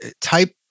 type